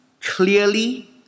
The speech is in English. clearly